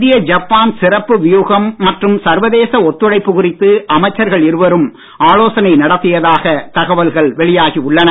இந்திய ஜப்பான் சிறப்பு வியுகம் மற்றும் சர்வதேச ஒத்துழைப்பு குறித்து அமைச்சர்கள் இருவரும் ஆலோசனை நடத்தியதாக தகவல்கள் வெளியாகி உள்ளன